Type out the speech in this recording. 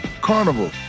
Carnival